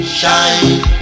shine